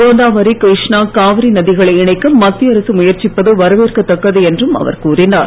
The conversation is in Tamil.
கோதாவரி கிருஷ்ணா காவிரி நதிகளை இணைக்க மத்திய அரசு முயற்சிப்பது வரவேற்கத்தக்கது என்றும் அவர் கூறினார்